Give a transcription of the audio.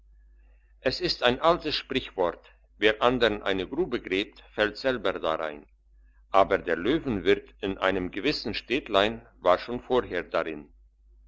es ist ein altes sprichwort wer andern eine grube gräbt fällt selber darein aber der löwenwirt in einem gewissen städtlein war schon vorher darin